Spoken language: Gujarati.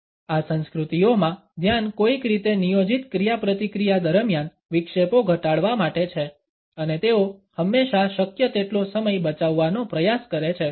આ સંસ્કૃતિઓમાં ધ્યાન કોઈક રીતે નિયોજિત ક્રિયાપ્રતિક્રિયા દરમિયાન વિક્ષેપો ઘટાડવા માટે છે અને તેઓ હંમેશા શક્ય તેટલો સમય બચાવવાનો પ્રયાસ કરે છે